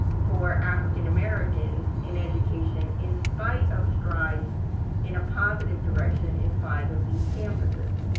for african-americans in education, in spite of strides in a positive direction in five of these campuses,